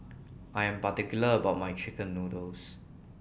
I Am particular about My Chicken Noodles